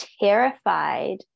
terrified